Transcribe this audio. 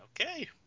Okay